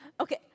Okay